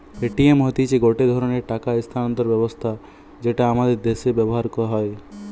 Paytm হতিছে গটে ধরণের টাকা স্থানান্তর ব্যবস্থা যেটা আমাদের দ্যাশে ব্যবহার হয়